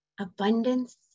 Abundance